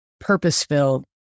purpose-filled